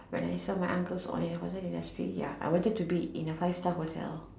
when I serve my uncles all in a hotel industry ya I wanted to work in a five star hotel